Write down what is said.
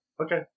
okay